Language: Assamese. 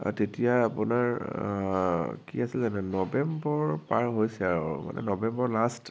তেতিয়া আপোনাৰ কি আছিলে নৱেম্বৰ পাৰ হৈছে আৰু মানে নৱেম্বৰ লাষ্ট